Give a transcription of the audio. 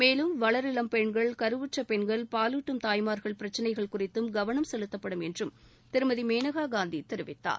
மேலும் வளர்இளம் பெண்கள் கருவுற்ற பெண்கள் பாலூாட்டும் தாய்மார்கள் பிரச்சினைகள் குறித்தும் கவனம் செலுத்தப்படும் என்று திருமதி மேனகா காந்தி தெரிவித்தார்